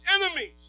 enemies